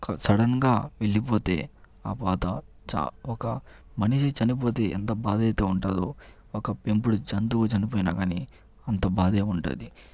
సడన్గా వెళ్ళిపోతే ఆ బాధ ఒక మనిషి చనిపోతే ఎంత బాధైతే ఉంటుందో ఒక పెంపుడు జంతువు చనిపోయిన కాని అంత బాధే ఉంటుంది